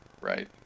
Right